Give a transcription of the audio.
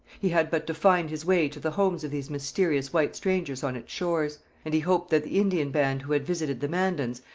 he had but to find his way to the homes of these mysterious white strangers on its shores and he hoped that the indian band who had visited the mandans,